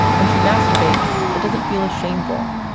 when she masturbates, it doesn't feel as shameful.